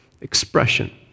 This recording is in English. expression